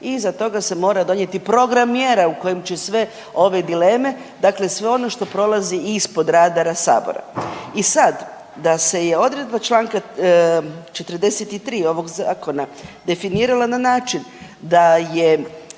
i iza toga se mora donijeti program mjera u kojem će sve ove dileme, dakle sve ono što prolazi ispod radara sabora. I sad da se je odredba čl. 43. ovog zakona definirala na način da je